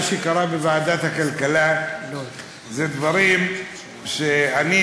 מה שקרה בוועדת הכלכלה זה דברים שאני,